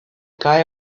guy